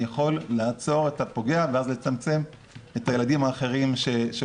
יכול לעצור את הפוגע ואז לצמצם פגיעה בילדים אחרים.